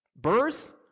birth